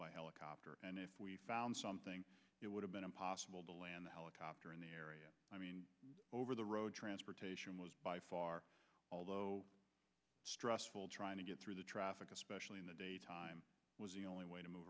by helicopter and if we found something it would have been impossible to land a helicopter in the area i mean over the road transportation was by far although stressful trying to get through the traffic especially in the daytime was the only way to move